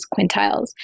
quintiles